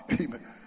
Amen